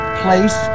place